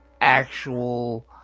Actual